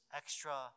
extra